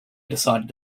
decided